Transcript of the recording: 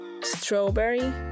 strawberry